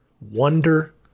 wonder